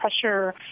pressure